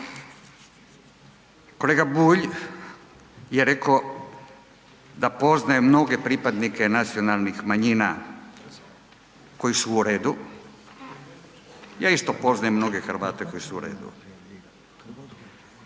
Kolega Bulj je rekao da poznaje mnoge pripadnike nacionalnih manjina koji su u redu, ja isto poznajem mnoge Hrvate koji su u redu.